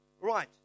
Right